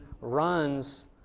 runs